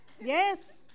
Yes